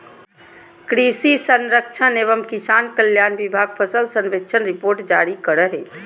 कृषि सहयोग एवं किसान कल्याण विभाग फसल सर्वेक्षण रिपोर्ट जारी करो हय